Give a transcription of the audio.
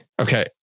Okay